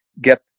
get